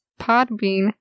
Podbean